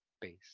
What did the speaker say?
base